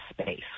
space